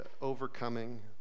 overcoming